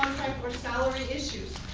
or salary issues.